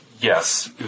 Yes